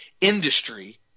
industry